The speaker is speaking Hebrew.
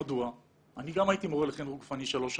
אני גם הייתי מורה לחינוך גופני שלוש שנים.